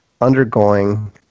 undergoing